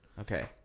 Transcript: Okay